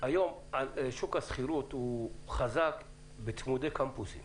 היום שוק השכירות הוא חזק בצמודי קמפוסים